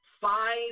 five